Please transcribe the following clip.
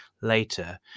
later